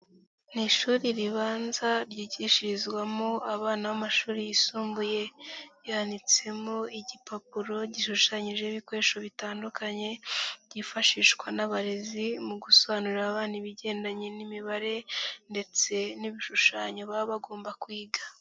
Ni ishuri ribanza ryigishirizwamo abana b'amashuri yisumbuye, rihanditsemo igipapuro gishushanyije ibikoresho bitandukanye byifashishwa n'abarezi mu gusobanurira abana ibigendanye n'imibare ndetse n'ibishushanyo baba bagomba kwiga.